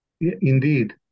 Indeed